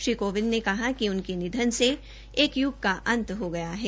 श्री कोविद ने कहा कि उनके निधन से एक य्क का अंत हो गया है